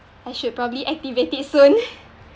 I should probably activate it soon